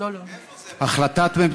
החלטת ממשלה,